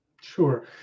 Sure